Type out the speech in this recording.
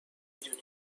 دونی